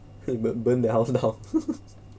!huh! bur~ burn their house down